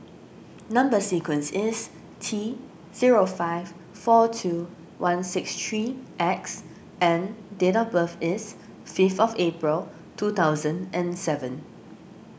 Number Sequence is T zero five four two one six three X and date of birth is fifth of April two thousand and seven